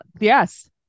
Yes